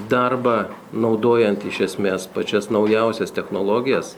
darbą naudojant iš esmės pačias naujausias technologijas